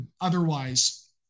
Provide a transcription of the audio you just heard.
otherwise